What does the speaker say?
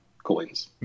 coins